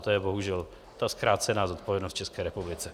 To je bohužel ta zkrácená zodpovědnost v České republice.